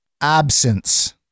absence